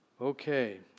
Okay